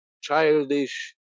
childish